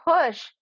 push